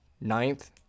ninth